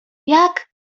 jak